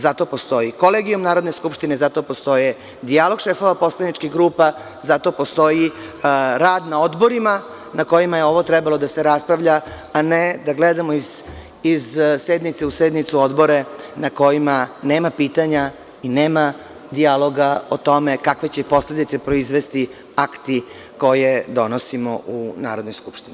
Zato postoji Kolegijum Narodne Skupštine, zato postoji dijalog šefova poslaničkih grupa, zato postoji rad na odborima na kojima je ovo trebalo da se raspravlja, a ne da gledamo iz sednice u sednicu odbore na kojima nema pitanja i nema dijaloga o tome kakve će posledice proizvesti aktikoje donosimo u Narodnoj skupštini.